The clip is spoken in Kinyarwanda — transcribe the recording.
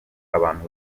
abantu